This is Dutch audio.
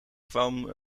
kwam